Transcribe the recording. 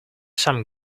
some